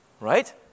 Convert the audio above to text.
Right